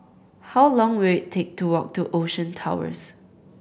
how long will take to walk to Ocean Towers